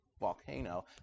volcano